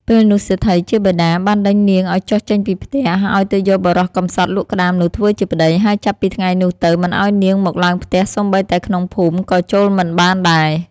ពេលនោះ សេដ្ឋីជាបិតាបានដេញនាងឲ្យចុះចេញពីផ្ទះឲ្យទៅយកបុរសម្សត់លក់ក្ដាមនោះធ្វើជាប្ដី ហើយចាប់ពីថ្ងៃនេះទៅមិនឲ្យនាងមកឡើងផ្ទះសូម្បីតែក្នុងភូមិក៏ចូលមិនបានដែរ។